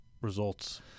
results